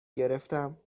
گرفتم